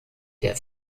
der